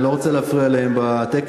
אני לא רוצה להפריע להם בטקס,